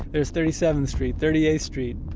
there's thirty seventh street, thirty eighth street.